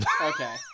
Okay